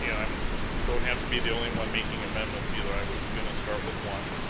yeah i um don't have to be the only and one making amendments either, i was gonna start with one.